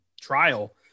trial